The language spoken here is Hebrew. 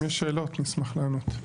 אם יש שאלות, נשמח לענות.